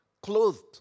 clothed